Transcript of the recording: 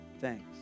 thanks